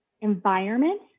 environment